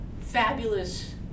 fabulous